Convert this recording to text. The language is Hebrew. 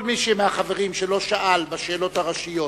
כל מי מהחברים שלא שאל בשאלות הראשיות